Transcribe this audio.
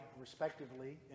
respectively